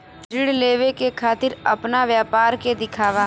ऋण लेवे के खातिर अपना व्यापार के दिखावा?